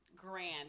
grand